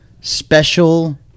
special